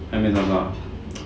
还没有找到 ah